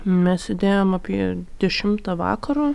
mes sėdėjom apie dešimtą vakaro